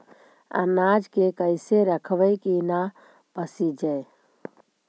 अनाज के कैसे रखबै कि न पसिजै?